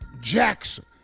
Jackson